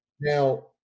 Now